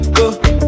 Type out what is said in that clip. go